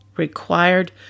required